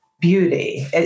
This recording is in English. beauty